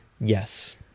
Yes